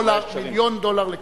1 מיליון דולר לקילומטר.